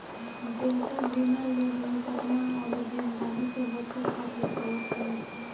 देयता बीमा लोग मुकदमा अउरी देनदारी से बचे खातिर करत हवे